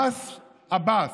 מס עבאס.